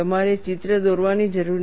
તમારે ચિત્ર દોરવાની જરૂર નથી